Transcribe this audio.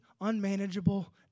unmanageable